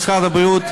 משרד הבריאות,